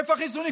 איפה החיסונים,